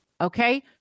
Okay